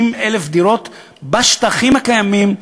50,000 דירות בשטחים הקיימים,